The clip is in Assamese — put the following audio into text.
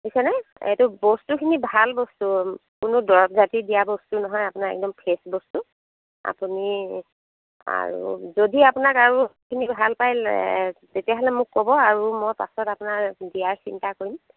শুনিছেনে বস্তুখিনি ভাল বস্তু কোনো দৰৱ জাতী দিয়া বস্তু আপোনাৰ একদম ফ্ৰেছ বস্তু আপুনি আৰু যদি আপোনাক আৰু যিখিনি ভাল পাই লে তেতিয়া হ'লে মোক ক'ব আৰু মই পাছত আপোনাক দিয়াৰ চেষ্টা কৰিম